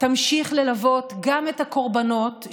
תמשיך ללוות גם את הקורבנות,